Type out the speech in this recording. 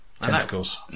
Tentacles